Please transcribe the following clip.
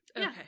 Okay